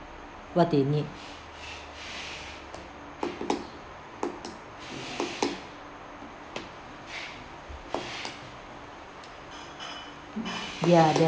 what they need yeah their